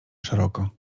szeroko